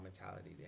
mentality